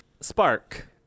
spark